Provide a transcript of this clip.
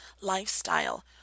lifestyle